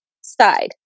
side